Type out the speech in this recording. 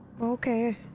Okay